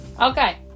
okay